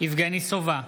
יבגני סובה,